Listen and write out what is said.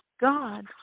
God